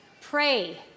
Pray